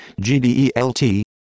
GDELT